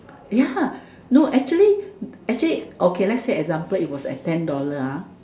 ya no actually actually okay let's say example it was at ten dollar ah